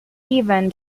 even